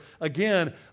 again